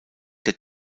der